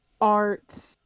art